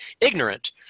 ignorant